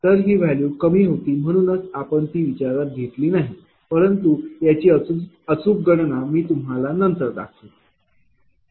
तर ही वैल्यू कमी होती म्हणूनच आपण ती विचारात घेतली नाही परंतु याची अचूक गणना मी तुम्हाला नंतर दाखवेल